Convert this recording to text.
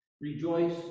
Rejoice